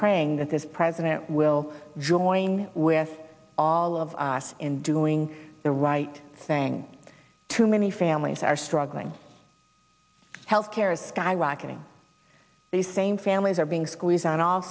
praying that this president will join with all of us in doing the right thing too many families are struggling health care is skyrocketing these same families are being squeezed on all